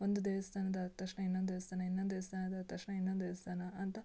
ಒಂದು ದೇವಸ್ಥಾನದ ಆದ ತಕ್ಷಣ ಇನ್ನೊಂದು ದೇವಸ್ಥಾನ ಇನ್ನೊಂದು ದೇವಸ್ಥಾನ ಆದ ತಕ್ಷಣ ಇನ್ನೊಂದು ದೇವಸ್ಥಾನ ಅಂತ